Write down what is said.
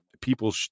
people